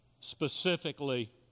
specifically